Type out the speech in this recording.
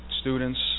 students